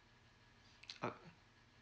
uh